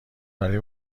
برای